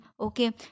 okay